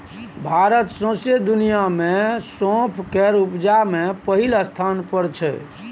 भारत सौंसे दुनियाँ मे सौंफ केर उपजा मे पहिल स्थान पर छै